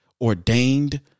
ordained